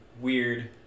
weird